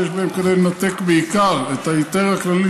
שיש בהם כדי לנתק בעיקר את ההיתר הכללי